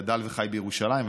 גדלת ואתה חי בירושלים,